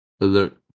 Alert